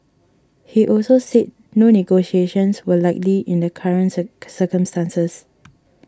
he also said no negotiations were likely in the current cir circumstances